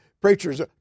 preachers